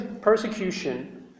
persecution